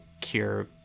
cure